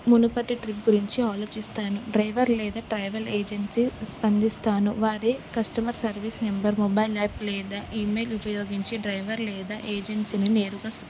మునుపటి ట్రిప్ గురించి ఆలోచిస్తాను డ్రైవర్ లేదా ట్రావెల్ ఏజెన్సీ స్పందిస్తాను వారే customer service number mobile app లేదా ఈమెయిల్ ఉపయోగించి డ్రైవర్ లేదా ఏజెన్సీని నేరుగా